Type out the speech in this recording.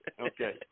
Okay